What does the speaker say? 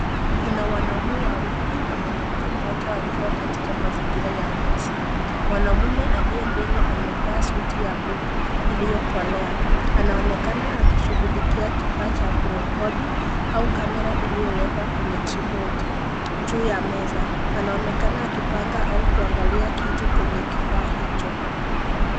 Kuna wanaume wawili na mwanamke mmoja wakiwa katika mazingira ya ofisi. Mwanamume aliye mbele amevaa suti ya bluu iliyokolea. Anaonekana akishughulikia kifaa cha kurekodi au kamera iliyowekwa kwenye tripodi juu ya meza. Anaonekana akipanga au kuangalia kitu kwenye kifaa hicho.